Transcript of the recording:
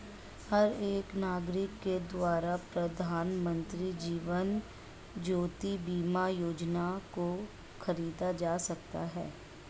हर एक नागरिक के द्वारा प्रधानमन्त्री जीवन ज्योति बीमा योजना को खरीदा जा सकता है